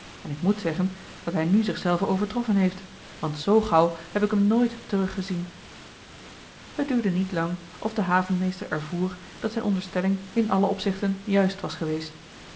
en ik moet zeggen dat hij nu zichzelven overtroffen heeft want zoo gauw heb ik hem nooit teruggezien het duurde niet lang of de havenmeester ervoer dat zijn onderstelling in alle opzichten juist was geweest